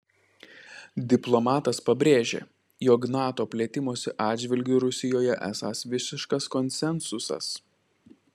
diplomatas pabrėžė jog nato plėtimosi atžvilgiu rusijoje esąs visiškas konsensusas